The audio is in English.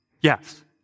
Yes